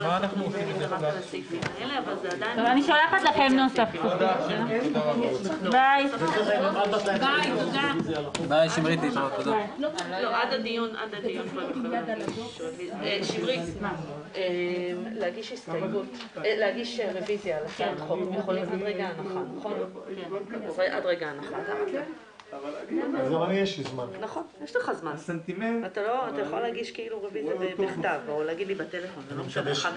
בשעה 16:13.